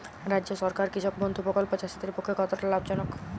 রাজ্য সরকারের কৃষক বন্ধু প্রকল্প চাষীদের পক্ষে কতটা লাভজনক?